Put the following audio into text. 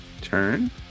turn